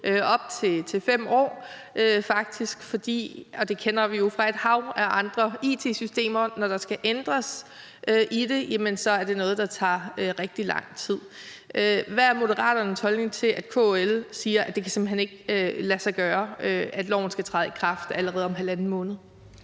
op til 5 år. Og vi kender det jo fra et hav af andre it-systemer: Når der skal ændres i det, er det noget, der tager rigtig lang tid. Hvad er Moderaternes holdning til, at KL siger, at det simpelt hen ikke kan lade sig gøre, at loven skal træde i kraft allerede om halvanden måned?